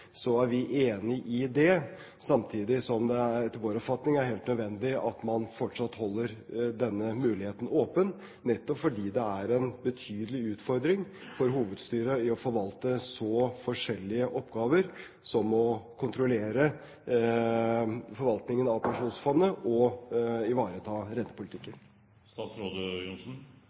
så er vi enig i det, samtidig som det etter vår oppfatning er helt nødvendig at man fortsatt holder denne muligheten åpen, nettopp fordi det er en betydelig utfordring for hovedstyret å forvalte så forskjellige oppgaver som å kontrollere forvaltningen av pensjonsfondet og ivareta